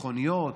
הביטחוניות